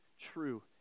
true